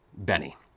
Benny